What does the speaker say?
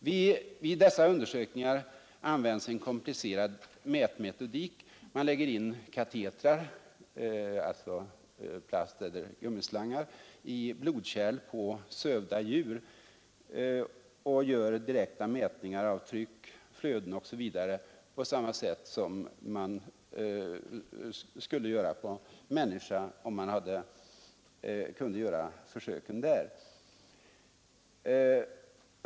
Vid dessa undersökningar används en komplicerad mätteknik. Man lägger in katetrar — plasteller gummislangar — i blodkärlen på sövda djur och gör direkta mätningar av tryck, flöden osv. på samma sätt som man skulle göra på människor om sådana försök kunde göras.